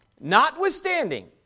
notwithstanding